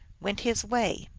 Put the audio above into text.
went his way.